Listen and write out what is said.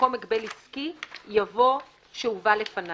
במקום "הגבל עסקי" יבוא "שהובא לפניו".